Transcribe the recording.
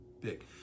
big